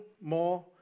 more